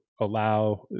allow